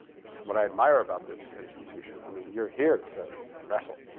it's what i admire about this institution. i mean, you're here to wrestle